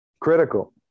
critical